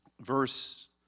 verse